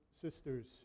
sisters